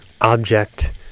object